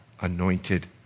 anointed